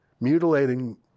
mutilating